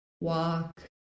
walk